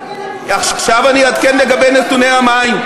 עכשיו אני אעדכן לגבי נתוני המים.